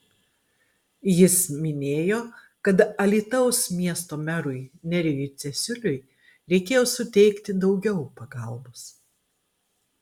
jis minėjo kad alytaus miesto merui nerijui cesiuliui reikėjo suteikti daugiau pagalbos